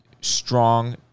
strong